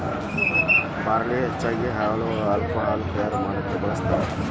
ಬಾರ್ಲಿಯನ್ನಾ ಹೆಚ್ಚಾಗಿ ಹಾಲ್ಕೊಹಾಲ್ ತಯಾರಾ ಮಾಡಾಕ ಬಳ್ಸತಾರ